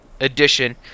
edition